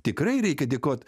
tikrai reikia dėkot